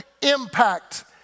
impact